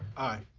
aye.